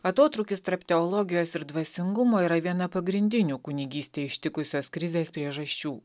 atotrūkis tarp teologijos ir dvasingumo yra viena pagrindinių kunigystėj ištikusios krizės priežasčių